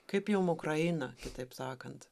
kaip jum ukraina kitaip sakant